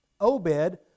Obed